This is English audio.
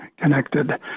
connected